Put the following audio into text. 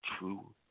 true